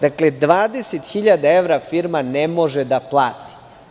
Dakle, 20.000 evra firma ne može da plati.